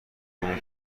اون